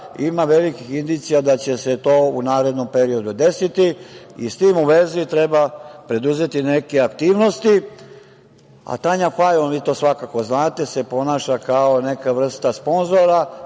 ima velikih indicija da će se to u narednom periodu desiti.S tim u vezi treba preduzeti neke aktivnosti, a Tanja Fajon, vi to svakako znate, se ponaša kao neka vrsta i